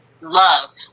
love